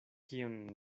kion